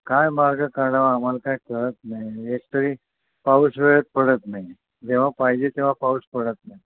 काय मार्ग काढावा आम्हाला काही कळत नाही एक तरी पाऊस वेळेत पडत नाही जेव्हा पाहिजे तेव्हा पाऊस पडत नाही